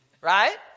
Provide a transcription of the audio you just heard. right